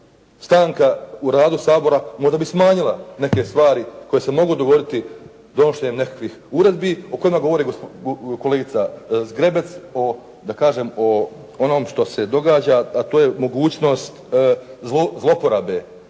stanka u radu Sabora možda bi smanjila neke stvari koje se mogu dogoditi donošenjem nekakvih uredbi o kojima govori kolegica Zgrebec da kažem o onome što se događa, a to je mogućnost zloporabe